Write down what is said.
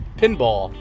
pinball